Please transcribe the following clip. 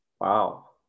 Wow